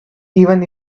even